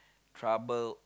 troubled